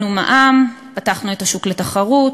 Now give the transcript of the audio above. מונח לפנינו תקציב אחראי,